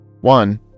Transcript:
One